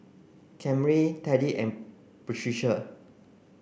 Camryn Teddy and Patricia